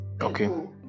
okay